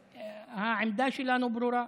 העמדה שלנו ברורה: